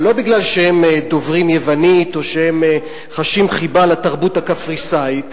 לא כי הם דוברים יוונית או כי הם חשים חיבה לתרבות הקפריסאית,